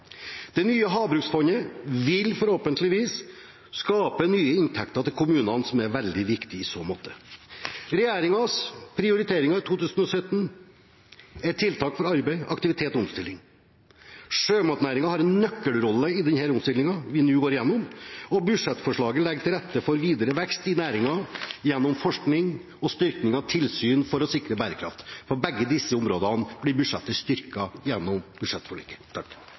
Det nye havbruksfondet vil forhåpentligvis skape nye inntekter til kommunene, som er veldig viktig i så måte. Regjeringens prioritering i 2017 er tiltak for arbeid, aktivitet og omstilling. Sjømatnæringen har en nøkkelrolle i den omstillingen vi nå går igjennom, og budsjettforslaget legger til rette for videre vekst i næringen gjennom forskning og styrking av tilsynet for å sikre bærekraft. På begge disse områdene blir budsjettet styrket gjennom budsjettforliket.